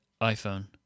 iPhone